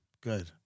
Good